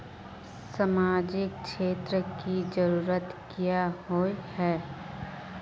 सामाजिक क्षेत्र की जरूरत क्याँ होय है?